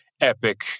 epic